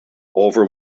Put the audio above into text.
over